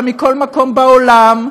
ומכל מקום בעולם,